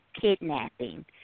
kidnapping